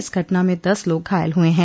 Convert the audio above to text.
इस घटना में दस लोग घायल हुए है